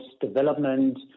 development